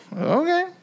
Okay